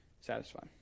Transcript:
satisfied